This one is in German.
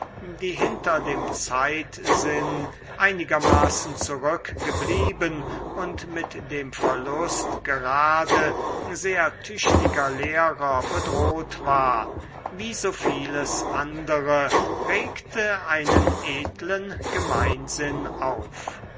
die hinter dem zeitsinn einigermaßen zurückgeblieben und mit dem verlust gerade sehr tüchtiger lehrer bedroht war wie so vieles andere regte einen edlen gemeinsinn auf